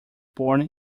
born